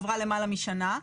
כבר עברה למעלה משנה,